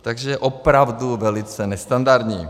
Takže opravdu velice nestandardní.